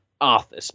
Arthur